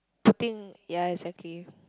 putting ya exactly